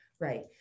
right